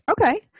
Okay